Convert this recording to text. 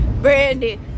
Brandy